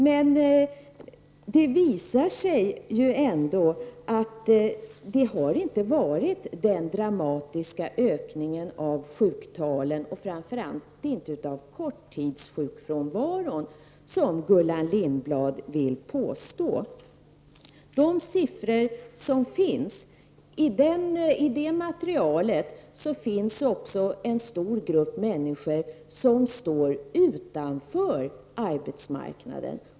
Men sjuktalen har inte ökat så dramatiskt, och framför allt inte korttidsfranvaron, vilket Gullan Lindblad påstår. I siffermaterialet finns det även en stor grupp människor som står utanför arbetsmarknaden.